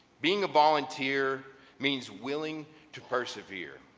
being a volunteer means willing to persevere.